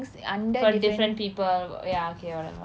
for different people ya okay whatever